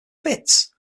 fits